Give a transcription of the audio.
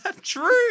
True